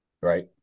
right